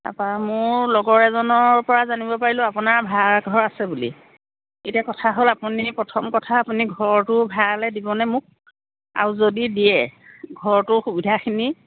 তাৰপৰা মোৰ লগৰ এজনৰ পৰা জানিব পাৰিলোঁ আপোনাৰ ভাড়া ঘৰ আছে বুলি এতিয়া কথা হ'ল আপুনি প্ৰথম কথা আপুনি ঘৰটো ভাড়ালৈ দিবনে মোক আৰু যদি দিয়ে ঘৰটোৰ সুবিধা খিনি